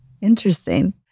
Interesting